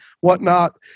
whatnot